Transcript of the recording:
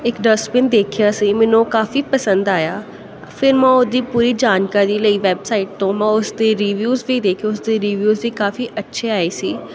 ਇੱਕ ਡਸਟਬਿਨ ਦੇਖਿਆ ਸੀ ਮੈਨੂੰ ਉਹ ਕਾਫੀ ਪਸੰਦ ਆਇਆ ਫਿਰ ਮੈਂ ਉਹਦੀ ਪੂਰੀ ਜਾਣਕਾਰੀ ਲਈ ਵੈਬਸਾਈਟ ਤੋਂ ਮੈਂ ਉਸ ਦੇ ਰਿਵਿਊਜ ਵੀ ਦੇਖੇ ਉਸ ਦੇ ਰਿਵਿਊਜ ਵੀ ਕਾਫੀ ਅੱਛੇ ਆਏ ਸੀ